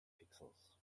pixels